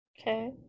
Okay